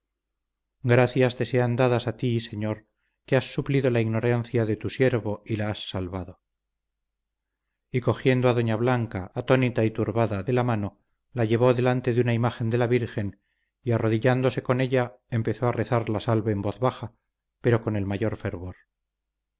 gracias te sean dadas a ti señor que has suplido la ignorancia de tu siervo y la has salvado y cogiendo a doña blanca atónita y turbada de la mano la llevó delante de una imagen de la virgen y arrodillándose con ella empezó a rezar la salve en voz baja pero con el mayor fervor